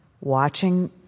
watching